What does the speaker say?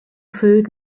food